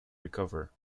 recover